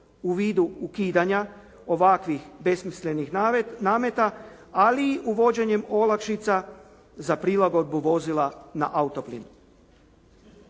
u vidu ukidanja ovakvih besmislenih nameta, ali i uvođenjem olakšica za prilagodbu vozila na autoplin.